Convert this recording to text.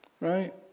right